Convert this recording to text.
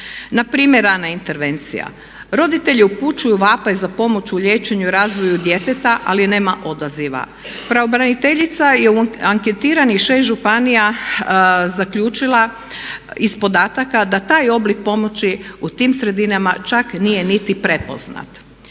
na primjer rana intervencija. Roditelji upućuju vapaj za pomoć u liječenju i razvoju djeteta ali nema odaziva. Pravobraniteljica je u anketiranih 6 županija zaključila iz podataka da taj oblik pomoći u tim sredinama čak nije niti prepoznat.